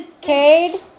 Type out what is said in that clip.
Cade